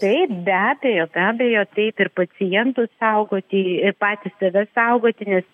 taip be abejo be abejo taip ir pacientus saugoti ir patį save saugoti nes